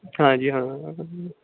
ਹਾਂ ਜੀ ਹਾਂ